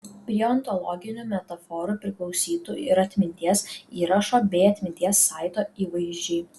prie ontologinių metaforų priklausytų ir atminties įrašo bei atminties saito įvaizdžiai